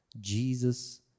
Jesus